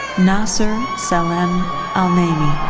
nasser salem al-naemi.